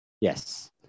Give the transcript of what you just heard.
yes